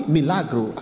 Milagro